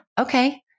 okay